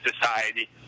society